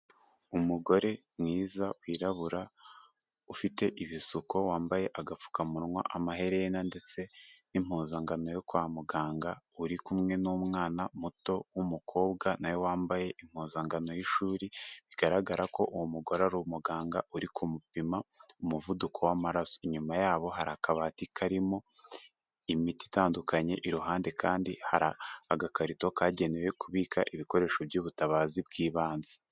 Umugore mwiza wirabura ufite ibisuko wambaye agapfukamunwa, amaherena, ndetse n'impuzangano yo kwa muganga uri kumwe n'umwana muto w'umukobwa nawewe wambaye impuzankano y'ishuri bigaragara ko uwo mugore ari umuganga uri kumupima umuvuduko w'amaraso. Inyuma yabo hari akabati karimo imiti itandukanye iruhande kandi hari agakarito kagenewe kubika ibikoresho by'ubutabazi bw'ibanze.